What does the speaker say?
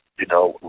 you know,